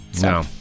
No